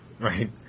Right